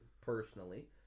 personally